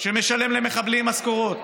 שמשלם למחבלים משכורות,